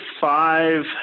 five